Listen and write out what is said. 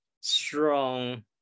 strong